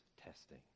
testing